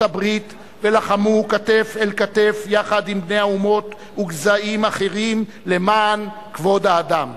הברית ולחמו כתף אל כתף יחד עם בני אומות וגזעים אחרים למען כבוד האדם.